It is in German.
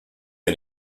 ein